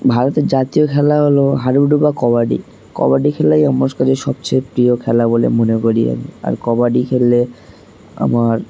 ভারতের জাতীয় খেলা হলো হাড়ুুডু বা কবাডি কবাডি খেলাই আমার কাছে সবচেয়ে প্রিয় খেলা বলে মনে করি আমি আর কবাডি খেললে আমার